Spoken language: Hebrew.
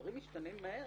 דברים משתנים מהר.